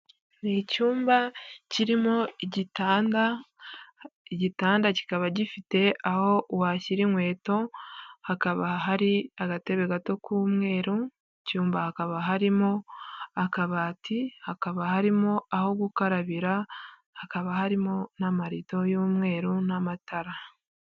Ni icyumba kirimo igitanda, igitanda kikaba gifite aho washyira inkweto, hakaba hari agatebe gato k'umweru. Icyumba hakaba harimo akabati, hakaba harimo aho gukarabira, hakaba harimo n'amarido y'umweru n'amatara.